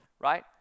right